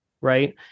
right